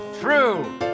True